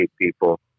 people